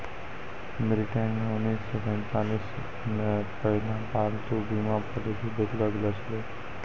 ब्रिटेनो मे उन्नीस सौ सैंतालिस मे पहिला पालतू बीमा पॉलिसी बेचलो गैलो छलै